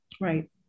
right